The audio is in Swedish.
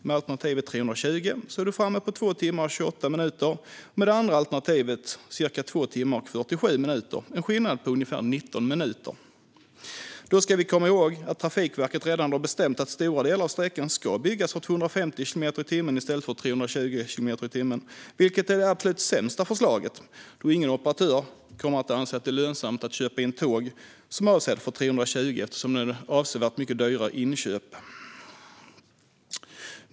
Med alternativet 320 är du framme på två timmar och 28 minuter, med det andra alternativet på två timmar och 47 minuter, en skillnad på 19 minuter. Då ska vi komma ihåg att Trafikverket redan har bestämt att stora delar av sträckan ska byggas för 250 kilometer i timmen i stället för 320 kilometer i timmen. Detta är det absolut sämsta förslaget, då ingen operatör kommer att anse det lönsamt att köpa in tåg avsedda för 320 kilometer i timmen eftersom de är avsevärt mycket dyrare i inköp.